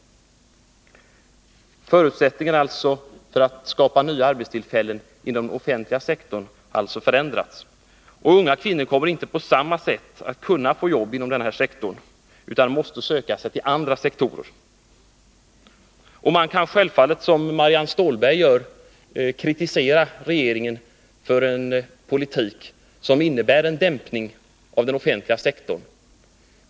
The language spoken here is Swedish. Förutsättningarna för skapande av nya arbetstillfällen inom den offentliga sektorn har alltså förändrats. Många kvinnor kommer inte på samma sätt som hittills att kunna få jobb inom denna sektor utan kommer att tvingas söka sig till andra sektorer. Man kan självfallet, som Marianne Stålberg gör, kritisera regeringen för en politik som innebär en dämpning av den offentliga sektorn.